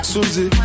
Susie